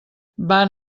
van